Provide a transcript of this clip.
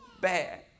bad